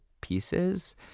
pieces